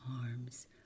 arms